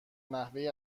نحوه